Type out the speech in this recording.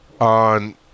on